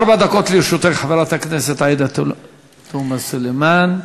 ארבע דקות לרשותך, חברת הכנסת עאידה תומא סלימאן.